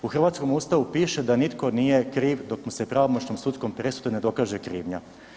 U hrvatskom Ustavu piše da nitko nije kriv dok mu se pravomoćnom sudskom presudom ne dokaže krivnja.